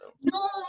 No